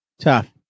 Tough